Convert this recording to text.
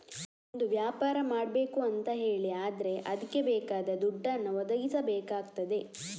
ಒಂದು ವ್ಯಾಪಾರ ಮಾಡ್ಬೇಕು ಅಂತ ಹೇಳಿ ಆದ್ರೆ ಅದ್ಕೆ ಬೇಕಾದ ದುಡ್ಡನ್ನ ಒದಗಿಸಬೇಕಾಗ್ತದೆ